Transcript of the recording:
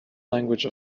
language